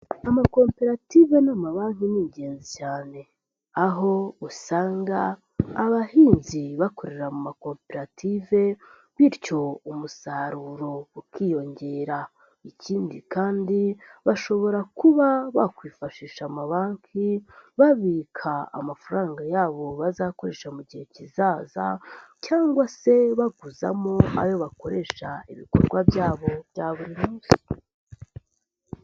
Amakoperative n'amabanki ni ingenzi cyane, aho usanga abahinzi bakorera mu makoperative bityo umusaruro ukiyongera. Ikindi kandi bashobora kuba bakwifashisha amabanki babika amafaranga yabo bazakoresha mu gihe kizaza cyangwa se baguzamo ayo bakoresha ibikorwa byabo bya buri munsi.